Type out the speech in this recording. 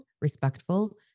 respectful